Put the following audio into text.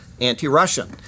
anti-Russian